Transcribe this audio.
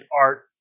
art